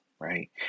right